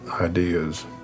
ideas